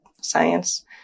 science